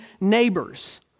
neighbors